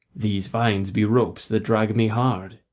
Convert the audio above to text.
these vines be ropes that drag me hard,